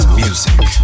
music